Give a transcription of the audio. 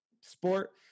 sport